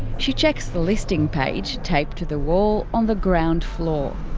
she checks the listing page, taped to the wall on the ground floor.